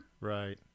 right